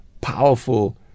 powerful